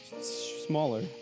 smaller